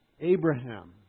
Abraham